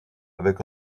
avec